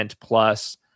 plus